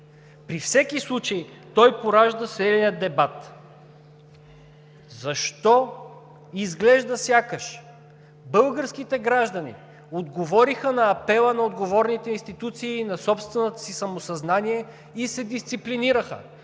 При всеки случай той поражда следния дебат: изглежда сякаш българските граждани отговориха на апела на отговорните институции и на собственото си самосъзнание и се дисциплинираха,